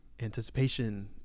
anticipation